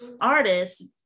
artists